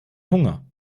hunger